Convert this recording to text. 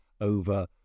over